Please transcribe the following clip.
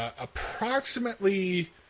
approximately